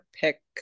pick